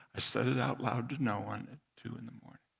i said it out loud to no one at two in the morning.